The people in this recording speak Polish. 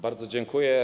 Bardzo dziękuję.